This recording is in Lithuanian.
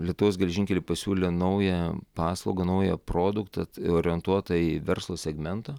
lietuvos geležinkeliai pasiūlė naują paslaugą naują produktą orientuotą į verslo segmentą